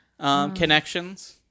connections